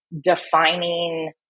defining